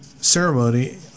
ceremony